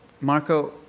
Marco